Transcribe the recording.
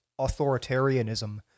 authoritarianism